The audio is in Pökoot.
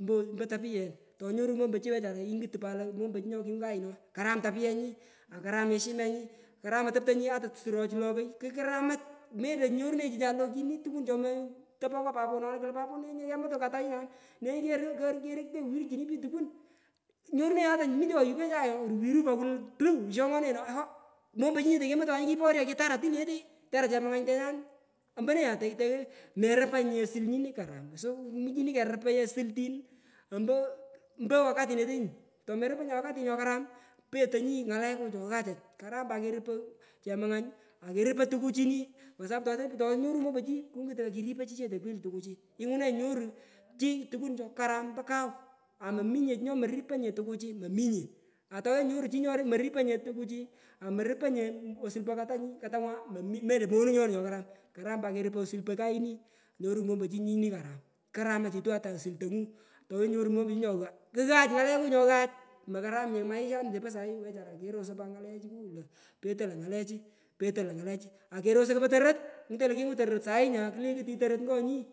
ompo ompo tapuyen tonyorunyi mombochi wechara ingutu pat lo mompochi nyu kingunkoyu korom tarugeni akam eshimenyi karam otoptanyi oto surochu lokoy kukaramach melo nyurenenyi chichai lokinipich tukun chome topo ka papo no klo papo nenyi katangu nyan nenyu kero korketo nyu wrchini pich tukan nyoru nenyii atakomikwa yupe chai ooh wiru pat kle lo pya yongenenyi tona pat ooh mombochi nyete kikimutwonu kyatara tuch lenuyete tyaran chemangany tonyan ompone nya tenga merupanyinye osil nyini karam so muchini kerupoi osultinompo ompo wakati netenyi tomerupanyinye wakati nyokaram petoi nyi ngaleku nyi ngaleku changachach karam pat kerupoi chemangany akerupoi tuku chini kuosapu tonyorunyi mombochi kungut lo kweli kirupoi chichete tukuchi ingunanyi nyerru chii tukun chokaram mpo kaw amominye chii nyomoripoi nye tukuchi mominye atoiwenyi nyoru chi nyomoripoi nye tukuchi amorupoi nye asul po katanyi katangwa melo monung nyoni nyokaram karam pat kerupoi osul kayini nyorunyi mombochi nyinikaram karama chitu oto osul tongu towenyi nyoru mombochi nyonga kughach ngaleku nyoghach makaramnye maishamu po sahi wechara kerosoi pat ngalechu ooi petoi lo ngalechi petoi lo ngalechi akerosoi kopo torot nyatenyi lo kingut torot kilekutit ngonyi